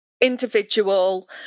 individual